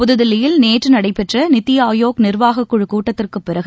புதுதில்லியில் நேற்று நடைபெற்ற நித்தி ஆயோக் நிர்வாகக் குழுக் கூட்டத்திற்குப் பிறகு